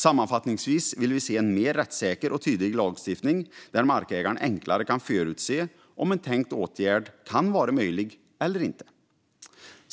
Sammanfattningsvis vill vi se en mer rättssäker och tydlig lagstiftning där markägaren enklare kan förutse om en tänkt åtgärd kan vara möjlig eller inte.